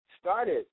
started